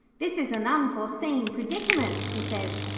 this is an unforeseen predicament he said.